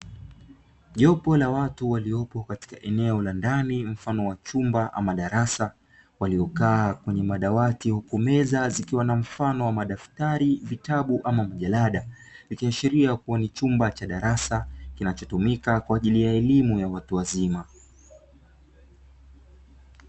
Jopo la watu waliopo katika eneo la ndani mfano wa chumba ama darasa, waliokaa kwenye madawati huku meza zikiwa na mfano wa madaftari, vitabu au majalada, ikiashiria kuwa ni chumba cha darasa kinachotumika kwa ajili ya elimu ya watu wazima.